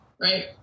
Right